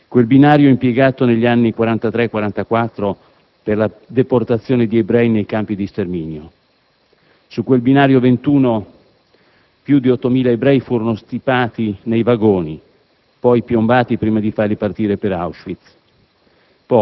quel binario, impiegato negli anni 1943-1944 per la deportazione di ebrei nei campi di sterminio. Su quel binario 21 più di 8.000 ebrei furono stipati nei vagoni, poi piombati prima di farli partire per Auschwitz: